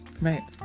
Right